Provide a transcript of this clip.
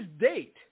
date